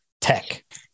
tech